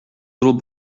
little